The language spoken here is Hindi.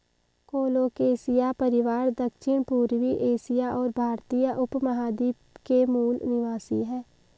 कोलोकेशिया परिवार दक्षिणपूर्वी एशिया और भारतीय उपमहाद्वीप के मूल निवासी है